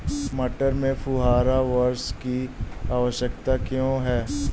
मटर में फुहारा वर्षा की आवश्यकता क्यो है?